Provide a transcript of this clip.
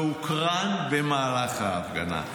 והוקרן במהלך ההפגנה.